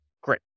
great